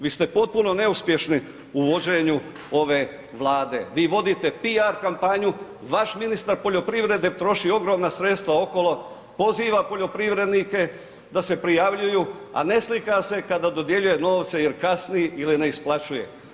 Vi ste potpuno neuspješni u vođenju ove Vlade, vi vodite piar kampanju, vaš ministar poljoprivrede troši ogromna sredstva okolo, poziva poljoprivrednike da se prijavljuju, a ne slika se kada dodjeljuje novce jer kasni ili ne isplaćuje.